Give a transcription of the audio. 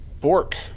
Bork